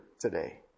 today